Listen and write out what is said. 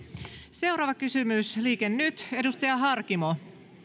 seuraava kysymys liike nyt edustaja harkimo